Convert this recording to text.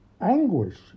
anguish